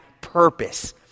purpose